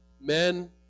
Men